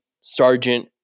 sergeant